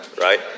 right